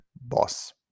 boss